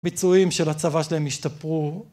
ביצועים של הצבא שלהם השתפרו.